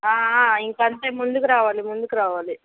ఇంక అంతే ముందుకు రావాలి ముందుకు రావాలి